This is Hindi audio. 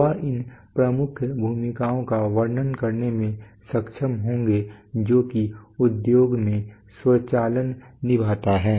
वह उन प्रमुख भूमिकाओं का वर्णन करने में सक्षम होंगे जो कि उद्योग में स्वचालन निभाता है